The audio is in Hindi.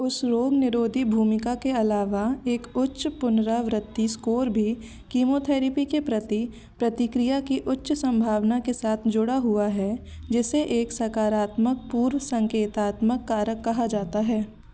उस रोगनिरोधी भूमिका के अलावा एक उच्च पुनरावृत्ति स्कोर भी कीमोथेरेपी के प्रति प्रतिक्रिया की उच्च सम्भावना के साथ जुड़ा हुआ है जिसे एक सकारात्मक पूर्व संकेतात्मक कारक कहा जाता है